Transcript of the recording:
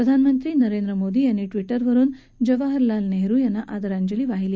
प्रधानमंत्री नरेंद्र मोदी यांनी ट्विटरवरुन जवाहरल लाल नेहरु यांना आदरांजली वाहिली